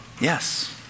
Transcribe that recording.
Yes